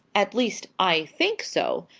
at least i think so.